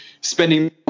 spending